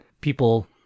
People